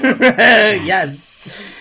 Yes